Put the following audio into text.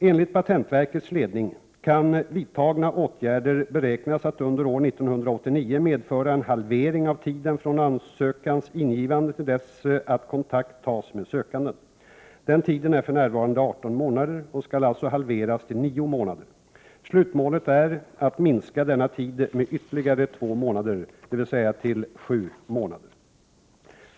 Enligt patentverkets ledning kan vidtagna åtgärder beräknas att under år 1989 medföra en halvering av tiden från ansökans ingivande till dess att kontakt tas med sökanden. Den tiden är för närvarande 18 månader och skall alltså halveras till nio månader. Slutmålet är att minska denna tid med ytterligare två månader, dvs. till sju månader.